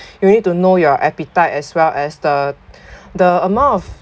you need to know your appetite as well as the the amount of